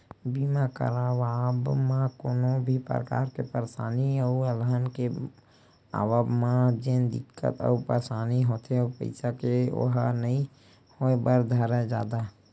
बीमा करवाब म कोनो भी परकार के परसानी अउ अलहन के आवब म जेन दिक्कत अउ परसानी होथे पइसा के ओहा नइ होय बर धरय जादा